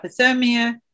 hypothermia